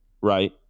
right